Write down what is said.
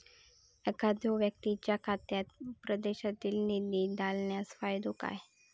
एखादो व्यक्तीच्या खात्यात परदेशात निधी घालन्याचो फायदो काय?